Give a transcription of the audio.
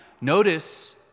Notice